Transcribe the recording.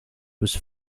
was